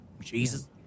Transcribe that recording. Jesus